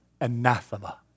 Anathema